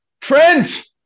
trent